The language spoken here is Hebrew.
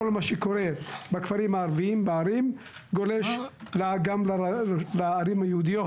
כל מה שקורה בכפרים ובערים הערביים גולש גם לערים היהודיות.